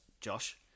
Josh